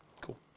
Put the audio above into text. Cool